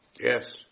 yes